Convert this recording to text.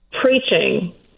preaching